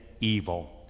evil